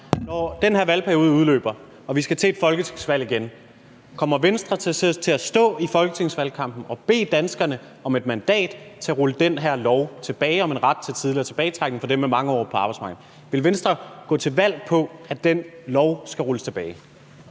Når den her valgperiode udløber og vi skal til et folketingsvalg igen, kommer Venstre så til at stå i folketingsvalgkampen og bede danskerne om et mandat til at rulle den her lov tilbage om en ret til tidligere tilbagetrækning for dem med mange år på arbejdsmarkedet. Vil Venstre gå til valg på, at den lov skal rulles tilbage?